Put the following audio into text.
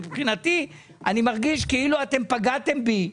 מבחינתי אני מרגיש כאילו אתם פגעתם בי.